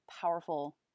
powerful